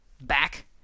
back